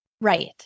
Right